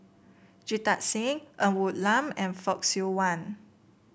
Jita Singh Ng Woon Lam and Fock Siew Wah